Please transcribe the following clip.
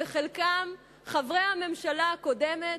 וחלקם חברי הממשלה הקודמת,